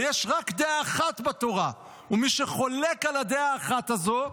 ויש רק דעה אחת בתורה ומי שחולק על הדעה הזאת,